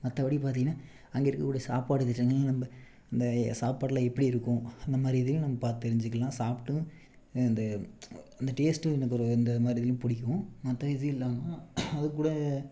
மற்றபடி பார்த்திங்கனா அங்கே இருக்க கூடிய சாப்பாடு இது எல்லாம் நம்ம இந்த சாப்பாடுலாம் எப்படி இருக்கும் அந்தமாதிரி இதையும் நம்ம பார்த்து தெரிஞ்சுக்கலாம் சாப்பிட்டும் இந்த இந்த டேஸ்ட்டும் எனக்கு ஒரு இந்தமாதிரி இதுலேயும் பிடிக்கும் மற்ற எதுவும் இல்லாமல் அது கூட